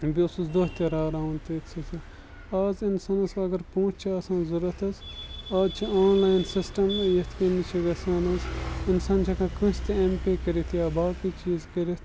بیٚیہِ اوسُس دۄہ تہِ راراوُن تٔتھۍ سۭتۍ آز اِنسانَس اگر پونٛسہٕ چھِ آسان ضوٚرَتھ حظ آز چھِ آنلاین سِسٹَم یِتھ کٔنی چھِ گَژھان حظ اِنسان چھِ ہٮ۪کان کٲنٛسہِ تہِ اٮ۪م پے کٔرِتھ یا باقٕے چیٖز کٔرِتھ